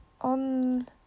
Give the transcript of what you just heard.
On